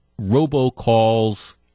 robocalls